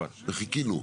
וחיכינו.